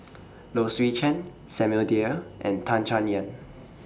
Low Swee Chen Samuel Dyer and Tan Chay Yan